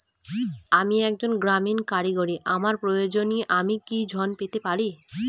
আমি একজন গ্রামীণ কারিগর আমার প্রয়োজনৃ আমি কি ঋণ পেতে পারি?